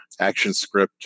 ActionScript